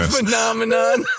Phenomenon